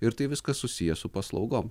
ir tai viskas susiję su paslaugom